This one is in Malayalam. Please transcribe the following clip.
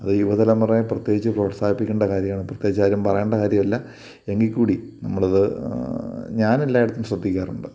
അത് യുവ തലമുറയെ പ്രത്യേകിച്ച് പ്രോത്സാഹിപ്പിക്കണ്ട കാര്യമാണ് പ്രത്യേകിച്ച് ആരും പറയേണ്ട കാര്യമില്ല എങ്കിൽ കൂടി നമ്മളത് ഞാൻ എല്ലായിടത്തും ശ്രദ്ധിക്കാറുണ്ട്